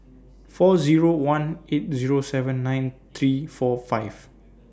four Zero one eight Zero seven nine three four five